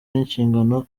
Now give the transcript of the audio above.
n’inshingano